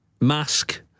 Mask